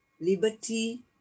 liberty